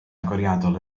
agoriadol